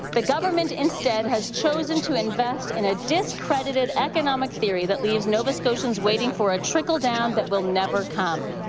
the government instead has chosen to invest in a discredited economic theory that leaves nova scotians waiting for a trickle down that will never come.